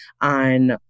on